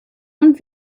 und